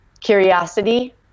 curiosity